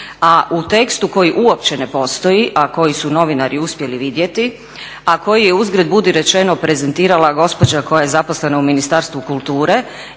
A u tekstu koji uopće ne postoji, a koji su novinari uspjeli vidjeti a koji je uzgred budi rečeno prezentirala gospođa koja je zaposlena u Ministarstvu kulture